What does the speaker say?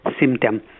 symptom